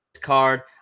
card